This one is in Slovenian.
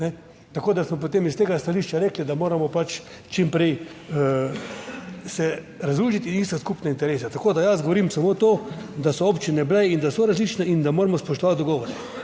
Tako, da smo potem iz tega stališča rekli, da moramo pač čim prej se razložiti iste skupne interese. Tako, da jaz govorim samo to, da so občine bile in da so različne in da moramo spoštovati dogovore.